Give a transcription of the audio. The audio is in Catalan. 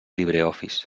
libreoffice